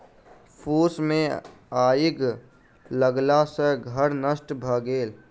फूस मे आइग लगला सॅ घर नष्ट भ गेल